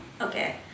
Okay